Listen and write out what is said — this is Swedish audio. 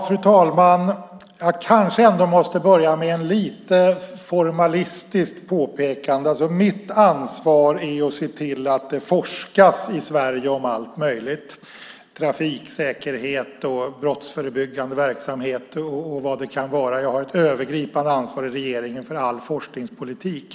Fru talman! Jag kanske ändå måste börja med ett lite formalistiskt påpekande. Mitt ansvar är att se till att det forskas i Sverige om allt möjligt - trafiksäkerhet, brottsförebyggande verksamhet och vad det nu kan vara. Jag har ett övergripande ansvar i regeringen för all forskningspolitik.